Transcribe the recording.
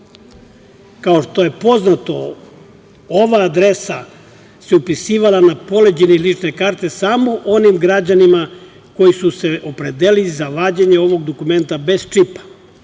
Kao što je poznato, ova adresa se upisivala na poleđini lične karte samo onim građanima koji su se opredelili za vađenje ovog dokumenta bez čipa,